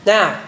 Now